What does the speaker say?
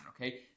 Okay